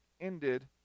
ended